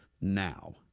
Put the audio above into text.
now